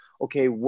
Okay